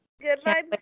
Goodbye